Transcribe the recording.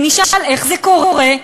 ונשאל איך זה קורה.